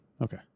Okay